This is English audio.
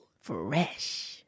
Fresh